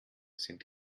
sind